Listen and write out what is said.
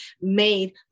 made